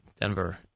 Denver